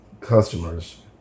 customers